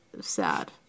sad